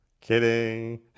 Kidding